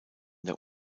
der